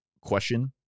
question